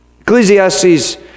Ecclesiastes